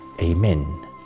Amen